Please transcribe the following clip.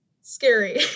scary